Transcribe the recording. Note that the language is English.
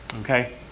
Okay